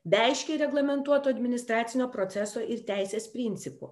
be aiškiai reglamentuoto administracinio proceso ir teisės principų